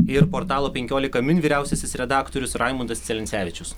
ir portalo penkiolika min vyriausiasis redaktorius raimundas celencevičius